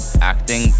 acting